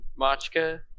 Machka